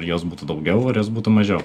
ar jos būtų daugiau ar jos būtų mažiau